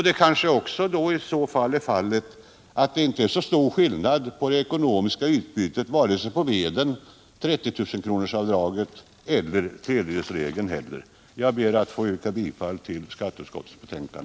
Det kanske inte heller är så stor skillnad på det ekonomiska utbytet vare sig det gäller veden, 30 000 kronorsavdraget eller tredjedelsregeln? Herr talman! Jag ber att få yrka bifall till skatteutskottets hemställan.